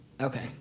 Okay